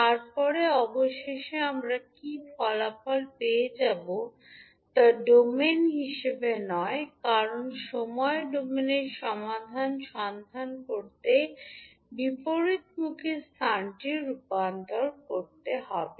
তারপরে অবশেষে আমরা কি ফলাফল পেয়ে যাব তা ডোমেন হিসাবে নয় কারণ সময় ডোমেনের সমাধান সন্ধান করতে বিপরীতমুখী স্থানটি রূপান্তর গ্রহণ করবে